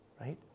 right